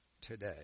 today